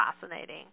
fascinating